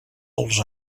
els